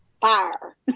fire